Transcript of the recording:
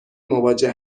مواجه